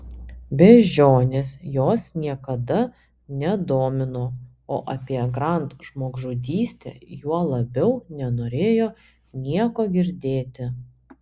beždžionės jos niekada nedomino o apie grand žmogžudystę juo labiau nenorėjo nieko girdėti